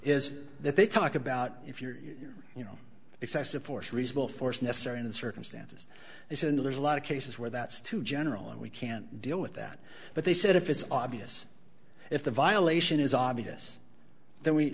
is that they talk about if you're you know excessive force reasonable force necessary in the circumstances they said there's a lot of cases where that's too general and we can deal with that but they said if it's obvious if the violation is obvious then we